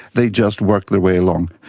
they just worked their way along.